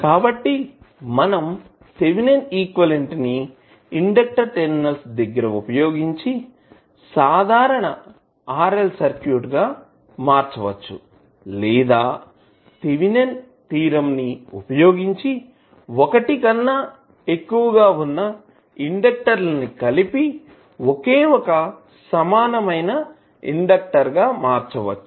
కాబట్టి మనం Thevenin equivalent ని ఇండెక్టర్ టెర్మినల్స్ దగ్గర వుపయోగించి సాధారణ RL సర్క్యూట్ గా మార్చవచ్చులేదా థేవినిన్ థీరం వుపయోగించి ఒకటి కన్నా ఎక్కువ గా వున్నా ఇండెక్టర్లని కలిపి ఒకే ఒక సమానమైన ఇండెక్టర్ గా మార్చవచ్చు